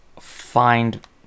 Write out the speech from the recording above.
find